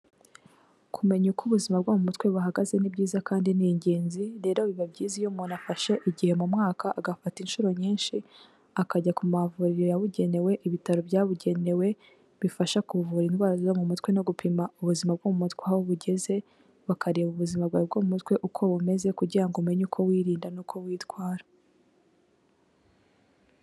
Kumenya uko ubuzima bwo mu mutwe buhagaze ni byiza kandi n'ingenzi rero biba byiza iyo umuntu afashe igihe mu mwaka agafata inshuro nyinshi akajya ku mavuriro yabugenewe, ibitaro byabugenewe bifasha kuvura indwara yo mutwe no gupima ubuzima bwo mu mutwe aho bugeze bakareba ubuzima bwawe bwo mu mutwe uko bumeze kugira ngo umenye uko wirinda nuko witwara.